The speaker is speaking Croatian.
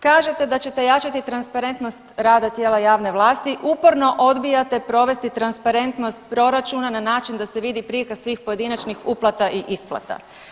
Kažete da ćete jačati transparentnost rada tijela javne vlasti, uporno odbijate provesti transparentnost proračuna na način da se vidi prikaz svih pojedinačnih uplata i isplata.